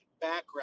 background